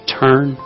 turn